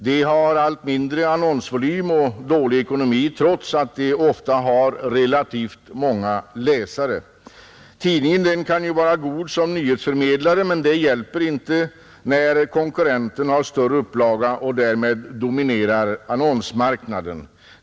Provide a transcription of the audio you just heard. De har allt mindre annonsvolym och dålig ekonomi trots att de ofta har relativt många läsare, En tidning kan vara god som nyhetsförmedlare, men det hjälper inte när konkurrenten har större upplaga och därmed dominerar annonsmarknaden,.